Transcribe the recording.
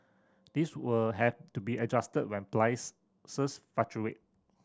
these will have to be adjusted when price fluctuate